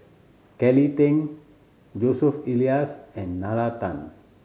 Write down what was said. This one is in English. Kelly Tang Joseph Elias and Nalla Tan